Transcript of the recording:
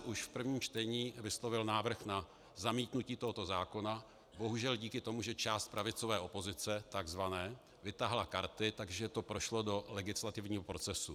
Už v prvním čtení jsem vyslovil návrh na zamítnutí tohoto zákona, bohužel díky tomu, že část pravicové opozice, takzvané, vytahala karty, prošlo to do legislativního procesu.